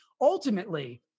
ultimately